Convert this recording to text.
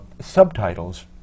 subtitles